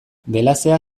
belazea